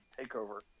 TakeOver